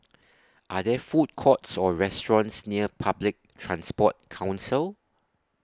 Are There Food Courts Or restaurants near Public Transport Council